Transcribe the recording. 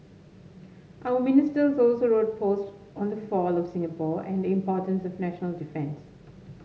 other Ministers also wrote posts on the fall of Singapore and the importance of national defence